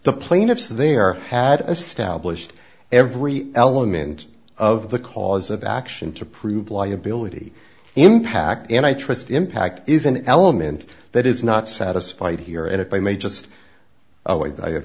the plaintiffs there had established every element of the cause of action to prove liability impact and i trust impact is an element that is not satisfied here and if i may just